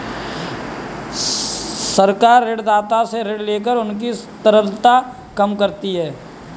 सरकार ऋणदाता से ऋण लेकर उनकी तरलता कम करती है